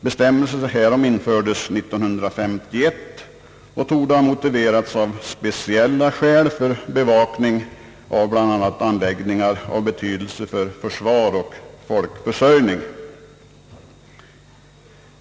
Bestämmelser därom infördes 1951 och torde ha motiverats av speciella skäl för bevakning av bland annat anläggningar av betydelse för försvar och folkförsörjning.